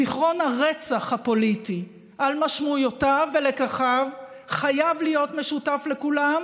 זיכרון הרצח הפוליטי על משמעויותיו ולקחיו חייב להיות משותף לכולם,